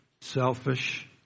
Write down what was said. selfish